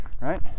Right